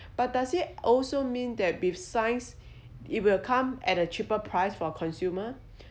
but does it also mean that with science it will come at a cheaper price for consumer